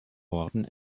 orden